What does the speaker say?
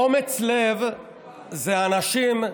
אומץ לב זה אנשים,